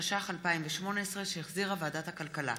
התשע"ח 2018,